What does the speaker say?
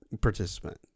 participant